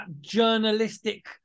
journalistic